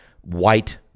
white